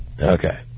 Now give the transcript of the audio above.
Okay